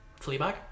Fleabag